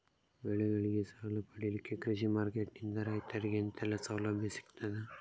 ಬೆಳೆಗಳಿಗೆ ಸಾಲ ಪಡಿಲಿಕ್ಕೆ ಕೃಷಿ ಮಾರ್ಕೆಟ್ ನಿಂದ ರೈತರಿಗೆ ಎಂತೆಲ್ಲ ಸೌಲಭ್ಯ ಸಿಗ್ತದ?